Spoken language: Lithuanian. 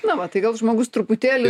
na va tai gal žmogus truputėlį